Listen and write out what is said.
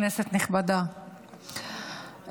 כנסת נכבדה,